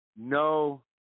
No